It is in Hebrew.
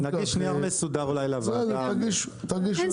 נגיש נייר מסודר לוועדה.